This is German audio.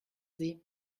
sie